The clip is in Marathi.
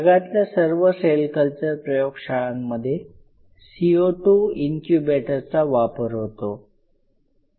जगातल्या सर्व सेल कल्चर प्रयोगशाळांमध्ये CO2 इन्क्युबेटरचा वापर होतो